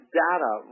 data